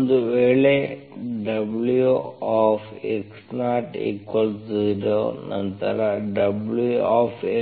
ಒಂದು ವೇಳೆ Wx00 ನಂತರ Wx0